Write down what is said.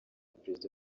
perezida